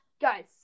guys